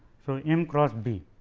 so, m cross b